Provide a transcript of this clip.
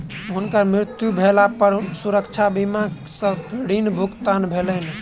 हुनकर मृत्यु भेला पर सुरक्षा बीमा सॅ ऋण भुगतान भेलैन